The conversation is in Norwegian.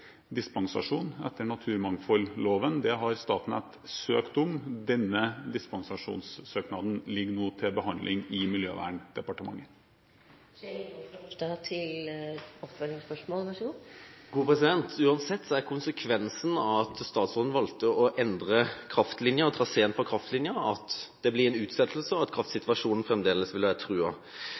dispensasjon etter naturmangfoldloven. Det har Statnett søkt om. Denne dispensasjonssøknaden ligger nå til behandling i Miljøverndepartementet. Uansett er konsekvensen av at statsråden valgte å endre traseen for kraftlinjen, at det blir en utsettelse, og at kraftsituasjonen fremdeles vil være